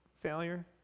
failure